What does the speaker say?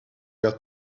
were